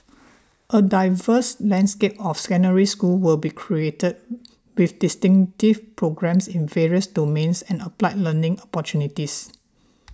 a diverse landscape of Secondary Schools will be created with distinctive programmes in various domains and applied learning opportunities